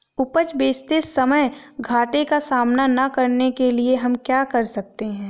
उपज बेचते समय घाटे का सामना न करने के लिए हम क्या कर सकते हैं?